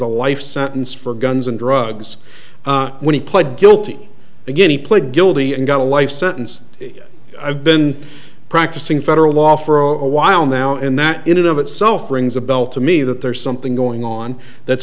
a life sentence for guns and drugs when he pled guilty to guinea pled guilty and got a life sentence i've been practicing federal law for a while now and that in and of itself rings a bell to me that there's something going on that's